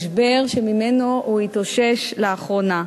משבר שממנו הוא התאושש לאחרונה.